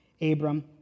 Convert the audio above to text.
Abram